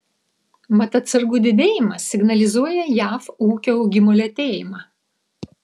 mat atsargų didėjimas signalizuoja jav ūkio augimo lėtėjimą